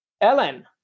Ellen